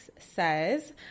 Says